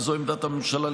וזו עמדת הממשלה,